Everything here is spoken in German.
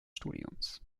studiums